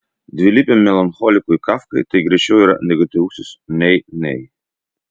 dvilypiam melancholikui kafkai tai greičiau yra negatyvusis nei nei